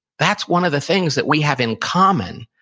that's one of the things that we have in common,